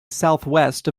southwest